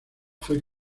fue